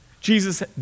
Jesus